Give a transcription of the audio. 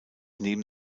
neben